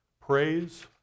praise